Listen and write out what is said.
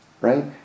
right